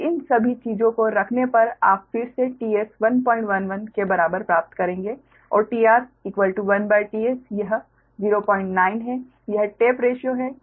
तो इन सभी चीजों को रखने पर आप फिर से tS 111 के बराबर प्राप्त करेंगे और tR1tS यह 090 है यह टेप रेशिओ है